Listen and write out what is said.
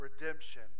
redemption